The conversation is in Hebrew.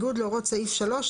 בניגוד להוראות סעיף 3,